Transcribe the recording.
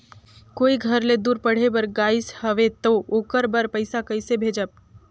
कोई घर ले दूर पढ़े बर गाईस हवे तो ओकर बर पइसा कइसे भेजब?